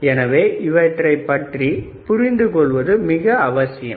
எனவே இவற்றை பற்றி புரிந்து கொள்வது மிக முக்கியம்